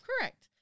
Correct